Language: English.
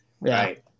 right